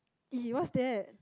!ee! what's that